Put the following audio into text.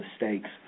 mistakes